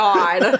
God